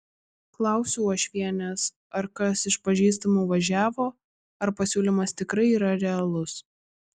klausiu uošvienės ar kas iš pažįstamų važiavo ar pasiūlymas tikrai yra realus